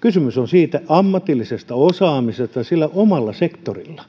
kysymys on ammatillisesta osaamisesta sillä omalla sektorilla